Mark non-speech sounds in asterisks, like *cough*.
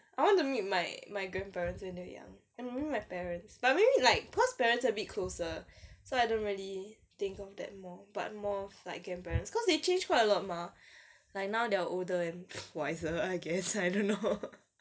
I want to meet my my grandparents when they're young and maybe my parents but maybe like cause parents a bit closer so I don't really think of that more but more like grandparents cause they change quite a lot mah like now that are older and wiser I guess I don't know *breath* ya